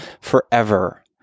forever